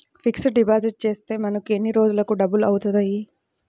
Fixed deposit చేస్తే మనకు ఎన్ని రోజులకు డబల్ అవుతాయి?